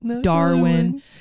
Darwin